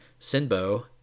Sinbo